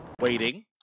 waiting